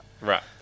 Right